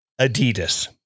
Adidas